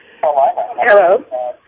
Hello